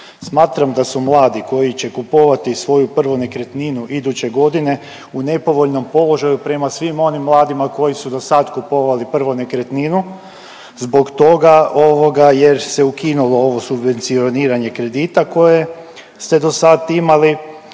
Smatram da su mladi koji će kupovati svoju nekretninu iduće godine u nepovoljnom položaju prema svim onim mladima koji su do sad kupovali prvo nekretninu zbog toga jer se ukinulo ovo subvencioniranje kredita koje ste do sad imali